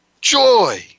joy